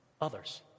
others